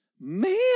Man